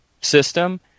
system